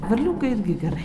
varliukai irgi gerai